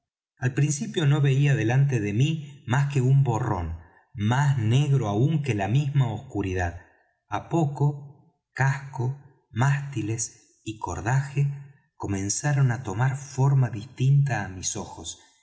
al principio no veía delante de mí más que un borrón más negro aún que la misma oscuridad á poco casco mástiles y cordaje comenzaron á tomar forma distinta á mis ojos